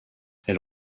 elle